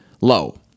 low